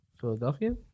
Philadelphia